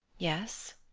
yes?